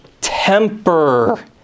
temper